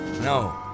No